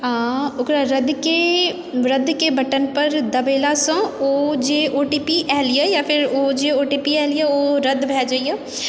आ ओकरा रद्दके रद्दके बटनपर दबेलासँ ओ जे ओ टी पी आयल यए या फेर ओ जे ओ टी पी आयल यए ओ रद्द भए जाइए